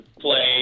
play